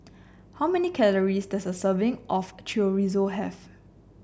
how many calories does a serving of Chorizo have